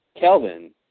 Kelvin